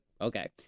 okay